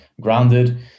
grounded